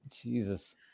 Jesus